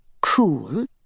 cool